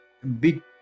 big